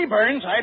Burns